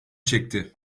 çekti